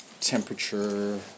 Temperature